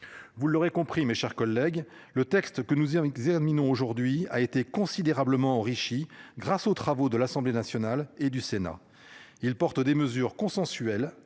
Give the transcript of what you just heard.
Vous l'aurez compris, mes chers collègues, le texte que nous hier en. Aujourd'hui a été considérablement enrichis grâce aux travaux de l'Assemblée nationale et du Sénat il portent des mesures consensuelles